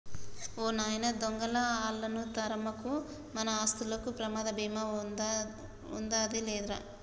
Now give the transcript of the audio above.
ఓ నాయన దొంగలా ఆళ్ళను తరమకు, మన ఆస్తులకు ప్రమాద భీమా ఉందాది లేరా